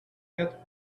quatre